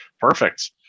Perfect